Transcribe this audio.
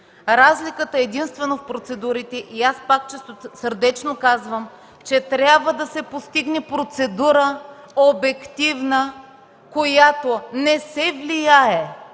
Разликата е единствено в процедурите и пак чистосърдечно казвам, че трябва да се постигне обективна процедура, която не се влияе